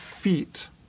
feet